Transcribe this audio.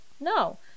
no